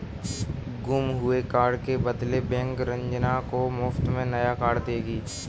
गुम हुए कार्ड के बदले बैंक रंजना को मुफ्त में नया कार्ड देगी